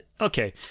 Okay